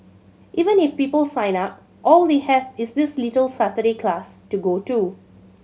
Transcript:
even if people sign up all they have is this little Saturday class to go to